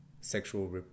sexual